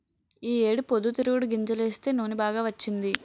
ఈ ఏడు పొద్దుతిరుగుడు గింజలేస్తే నూనె బాగా వచ్చింది